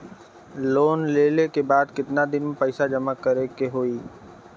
Loan लेले के बाद कितना दिन में पैसा जमा करे के होई?